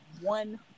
one